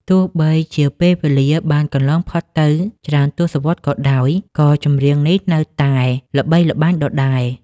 ទោះបីជាពេលវេលាបានកន្លងផុតទៅច្រើនទសវត្សរ៍ក៏ដោយ ក៏ចម្រៀងនេះនៅតែល្បីល្បាញដដែល។